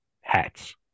hats